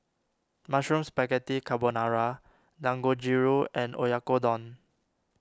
Mushroom Spaghetti Carbonara Dangojiru and Oyakodon